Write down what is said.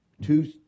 two